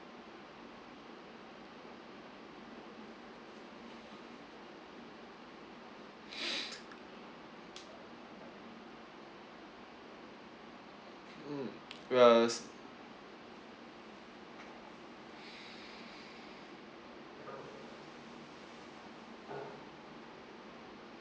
mm yes